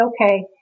okay